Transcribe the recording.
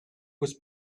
was